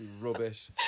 rubbish